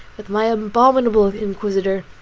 with my abominable inquisitor,